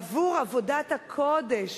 עבור עבודת הקודש,